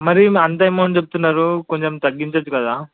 మరి అంత అమౌంట్ చెప్తున్నారు కొంచెం తగ్గించవచ్చు కదా